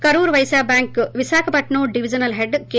కరూర్ పైక్యా bank Visakhapatnam divisional head K